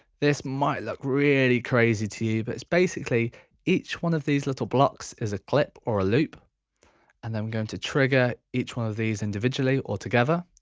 this might look really crazy to you but it's basically each one of these little box is a clip or a loop and then i'm going to trigger each one of these individually altogether